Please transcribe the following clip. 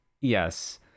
Yes